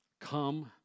Come